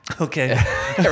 Okay